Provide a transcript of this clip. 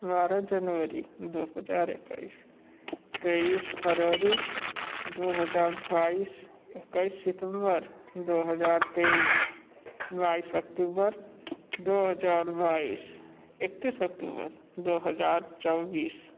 बारह जनवरी दो हज़ार इक्कीस तेईस फरवरी दो हज़ार बाईस इक्कीस सितम्बर दो हज़ार तेईस बाईस अक्टूबर दो हज़ार बाईस एकतीस अक्टूबर दो हज़ार चौबीस